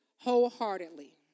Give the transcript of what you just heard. wholeheartedly